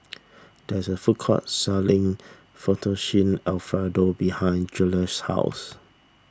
there is a food court selling Fettuccine Alfredo behind Julious' house